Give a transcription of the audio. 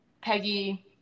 Peggy